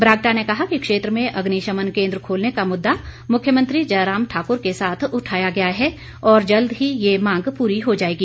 बरागटा ने कहा कि क्षेत्र में अग्निशमन केन्द्र खोलने का मुद्दा मुख्यमंत्री जयराम ठाकुर के साथ उठाया गया है और जल्द ही ये मांग पूरी हो जाएगी